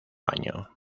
año